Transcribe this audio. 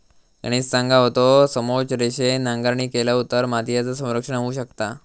गणेश सांगा होतो, समोच्च रेषेन नांगरणी केलव तर मातीयेचा संरक्षण होऊ शकता